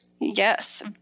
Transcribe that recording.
Yes